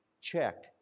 check